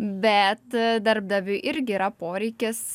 bet darbdaviui irgi yra poreikis